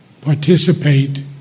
participate